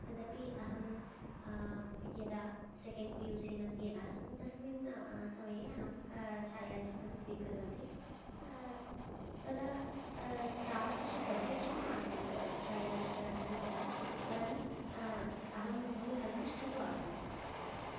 तदपि अहं यदा सेकेण्ड् पी यू सी मध्ये आसम् तस्मिन् समये अहं छायाचित्रं स्वीकृतवती तदा तादृशं पर्फ़ेक्शन् नासीत् छायाचित्रस्वीकरणे परम् अहं बहुसन्तुष्टा तु आसम्